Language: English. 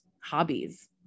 hobbies